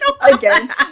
again